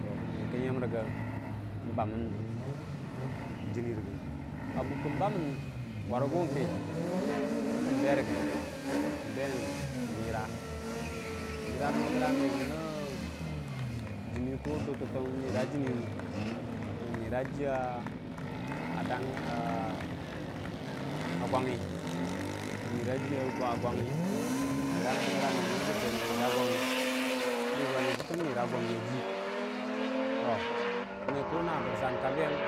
nyənkə yəm bamən jənni rəgən a buk kən bamən jənni warəgungkə kə kən berəgə mira jərra nəbbəgram me nən ni duk kə mərra jənnə wung nən məra jiya gwangngi n'də gonyəukə kə kən məra jəya gwangugi mənni kuu na bərsan ka beng.